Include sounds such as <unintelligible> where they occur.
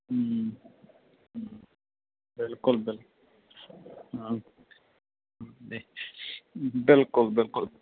ਹੂੰ ਹੂੰ ਬਿਲਕੁਲ ਬਿਲਕੁਲ ਹਾਂ <unintelligible> ਬਿਲਕੁਲ ਬਿਲਕੁਲ